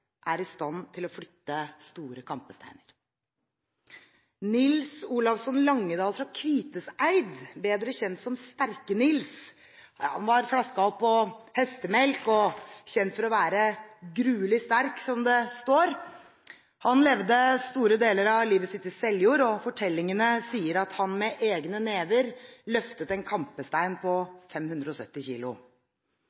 er i stand til å flytte store kampesteiner. Nils Olavson Langedal fra Kviteseid, bedre kjent som Sterke-Nils, var flasket opp på hestemelk og kjent for å være «grueleg sterk», som det står. Han levde store deler av livet sitt i Seljord, og fortellingene sier at han med egne never løftet en kampestein på